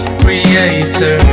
creator